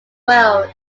world